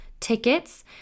Tickets